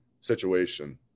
situation